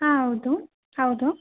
ಹಾಂ ಹೌದು ಹೌದು